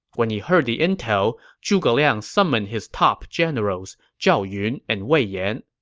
when he heard the intel, zhuge liang summoned his top generals, zhao yun and wei yan.